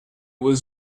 was